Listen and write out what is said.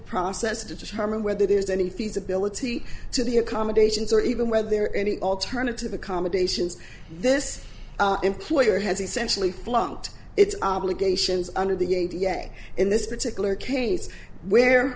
process to determine whether there's any feasibility to the accommodations or even whether there are any alternative accommodations this employer has essentially flunked its obligations under the a d f a in this particular case where